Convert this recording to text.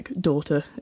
daughter